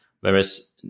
whereas